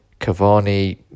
Cavani